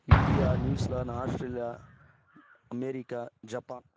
India New Zealand Australia America Japan